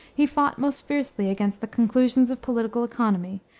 he fought most fiercely against the conclusions of political economy,